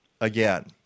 again